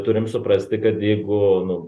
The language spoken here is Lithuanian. turim suprasti kad jeigu nu